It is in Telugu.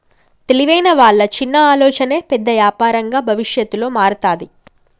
తెలివైన వాళ్ళ చిన్న ఆలోచనే పెద్ద యాపారంగా భవిష్యత్తులో మారతాది